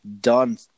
done